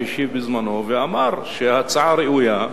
שהשיב בזמנו ואמר שההצעה ראויה,